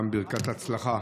גם ברכת הצלחה